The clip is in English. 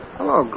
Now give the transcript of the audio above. Hello